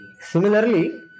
Similarly